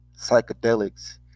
psychedelics